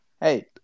Hey